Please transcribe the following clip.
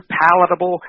palatable